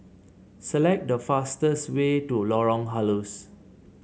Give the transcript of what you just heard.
select the fastest way to Lorong Halus